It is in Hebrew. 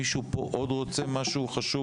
יש פה מישהו נוסף שרוצה לומר משהו חשוב?